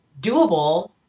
doable